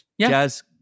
jazz